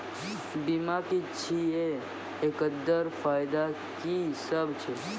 बीमा की छियै? एकरऽ फायदा की सब छै?